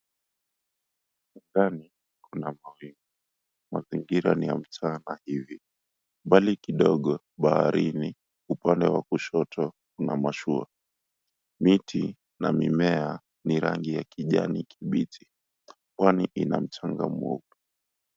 Angani kuna mawingu. Mazingira ni ya mchana hivi. Mbali kidogo baharini upande wa kushoto, kuna mashua. Miti na mimea ni rangi ya kijani kibichi. Pwani ina mchanga mweupe.